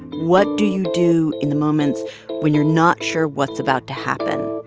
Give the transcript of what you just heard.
what do you do in the moments when you're not sure what's about to happen?